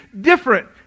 different